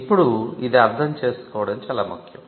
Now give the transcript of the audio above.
ఇప్పుడు ఇది అర్థం చేసుకోవడం చాలా ముఖ్యo